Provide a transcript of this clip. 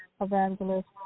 evangelist